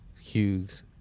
hughes